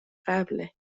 قبله